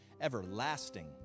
Everlasting